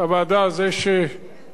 ידידי חבר הכנסת אזולאי,